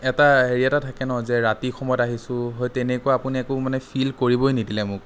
এটা হেৰি এটা থাকে ন যে ৰাতি সময়ত আহিছোঁ সেই তেনেকুৱা আপুনি একো মানে ফিল কৰিবই নিদিলে মোক